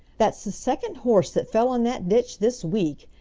that's the second horse that fell in that ditch this week.